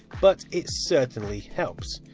but it certainly helps.